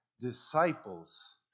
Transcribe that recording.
disciples